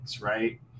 right